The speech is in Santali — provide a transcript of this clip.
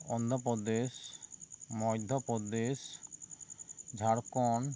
ᱚᱱᱫᱷᱚᱯᱚᱨᱫᱮᱥ ᱢᱚᱫᱷᱚᱯᱚᱨᱫᱮᱥ ᱡᱷᱟᱲᱠᱷᱚᱸᱰ